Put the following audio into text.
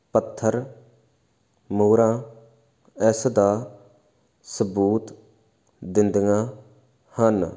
ਪੱਥਰ ਮੋਹਰਾਂ ਇਸ ਦਾ ਸਬੂਤ ਦਿੰਦੀਆਂ ਹਨ